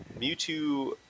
mewtwo